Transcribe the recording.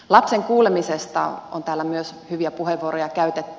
lapsen kuulemisesta on täällä myös hyviä puheenvuoroja käytetty